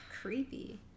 Creepy